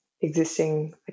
existing